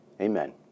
Amen